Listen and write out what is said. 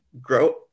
Grow